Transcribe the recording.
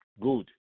Good